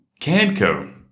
Canco